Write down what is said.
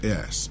Yes